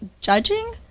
judging